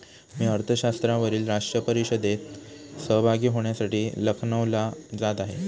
मी अर्थशास्त्रावरील राष्ट्रीय परिषदेत सहभागी होण्यासाठी लखनौला जात आहे